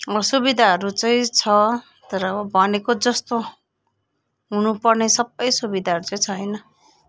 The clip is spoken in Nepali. असुविधाहरू चाहिँ छ तर भनेको जस्तो हुनुपर्ने सबै सुविधाहरू चाहिँ छैन